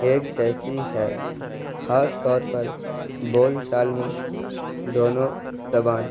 ایک جیسی ہے خاص طور پر بول چال میں دونوں زبان